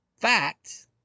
fact